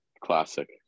Classic